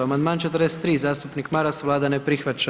Amandman 43. zastupnik Maras, Vlada ne prihvaća.